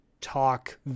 talk